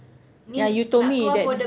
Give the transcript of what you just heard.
yeah you told me that